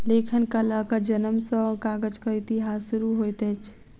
लेखन कलाक जनम सॅ कागजक इतिहास शुरू होइत अछि